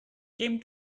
came